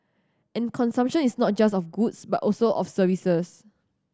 and consumption is not just of goods but also of services